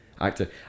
actor